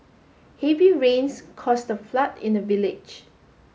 heavy rains caused the flood in the village